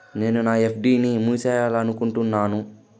నేను నా ఎఫ్.డి ని మూసేయాలనుకుంటున్నాను